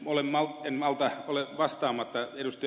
en malta olla vastaamatta ed